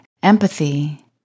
empathy